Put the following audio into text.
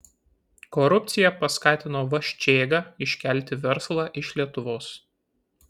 korupcija paskatino vaščėgą iškelti verslą iš lietuvos